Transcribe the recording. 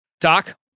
Doc